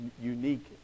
unique